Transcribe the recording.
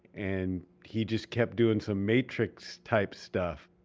and he just kept doing some matrix type stuff.